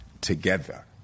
together